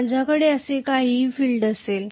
माझ्याकडे असे काहीसे फील्ड असेल